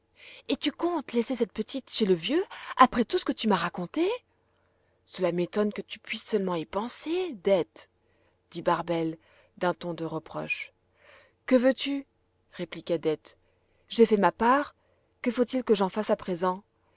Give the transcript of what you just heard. et tu comptes laisser cette petite chez le vieux après ce que tu m'as raconté cela m'étonne que tu puisses seulement y penser dete dit barbel d'un ton de reproche que veux-tu répliqua dete j'ai fait ma part que faut-il que j'en fasse à présent